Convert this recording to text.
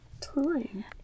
time